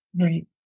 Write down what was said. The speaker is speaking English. Right